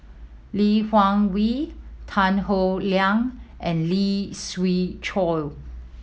Lee Wung Yew Tan Howe Liang and Lee Siew Choh